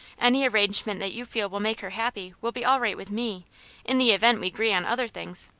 any arrangement that you feel will make her happy, will be all right with me in the event we agree on other things.